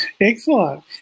Excellent